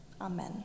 Amen